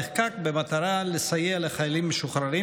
נחקק במטרה לסייע לחיילים משוחררים